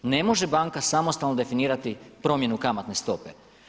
Ne može banka samostalno definirati promjenu kamatne stope.